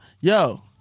yo